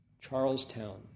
Charlestown